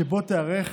שבו תיערך